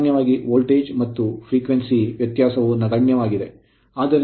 ಸಾಮಾನ್ಯವಾಗಿ ವೋಲ್ಟೇಜ್ ಅಥವಾ ಆವರ್ತನದ ವ್ಯತ್ಯಾಸವು ನಗಣ್ಯವಾಗಿದೆ